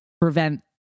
prevent